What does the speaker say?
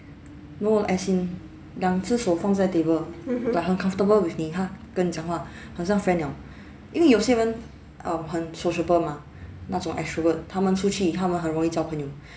no as in 两只手放在 table like 很 comfortable with 你他跟你讲话好像 friend liao 因为有些人 um 很 sociable mah 那种 extrovert 他们出去他们很容易交朋友